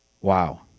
Wow